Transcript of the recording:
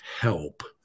help